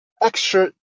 extra